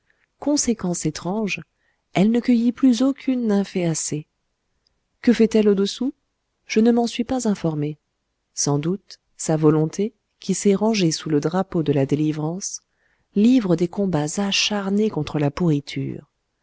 conséquence étrange elle ne cueillit plus aucune nymphéacée que fait-elle au dessous je ne m'en suis pas informé sans doute sa volonté qui s'est rangée sous le drapeau de la délivrance livre des combats acharnés contre la pourriture